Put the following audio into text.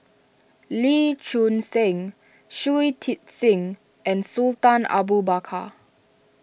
Lee Choon Seng Shui Tit Sing and Sultan Abu Bakar